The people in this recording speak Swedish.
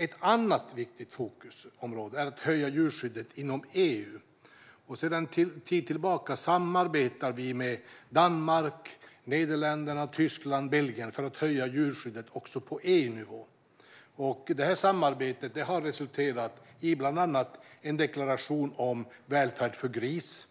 Ett annat viktigt fokusområde är att höja djurskyddet inom EU. Sedan en tid tillbaka samarbetar vi med Danmark, Nederländerna, Tyskland och Belgien för att höja djurskyddet också på EU-nivå. Det samarbetet har resulterat i bland annat en deklaration om välfärd för grisar